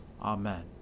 Amen